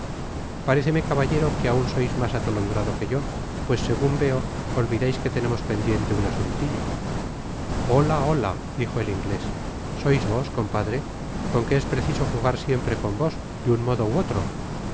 paréceme caballero que aun sois mas atolondrado que yo pues segun veo olvidais que tenemos pendiente un asuntillo hola hola dijo el inglés sois vos compadre con qué es preciso jugar siempre con vos de un modo ú otro